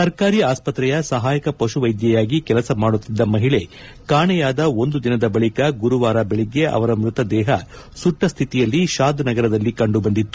ಸರ್ಕಾರಿ ಆಸ್ಪತ್ರೆಯ ಸಹಾಯಕ ಪಶು ವೈದ್ಯೆಯಾಗಿ ಕೆಲಸ ಮಾಡುತ್ತಿದ್ದ ಮಹಿಳೆ ಕಾಣೆಯಾದ ಒಂದು ದಿನದ ಬಳಿಕ ಗುರುವಾರ ಬೆಳಿಗ್ಗೆ ಅವರ ಮ್ಖತ ದೇಹ ಸುಟ್ಲಸ್ತಿತಿಯಲ್ಲಿ ಶಾದ್ ನಗರದಲ್ಲಿ ಕಂಡುಬಂದಿತ್ತು